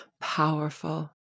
powerful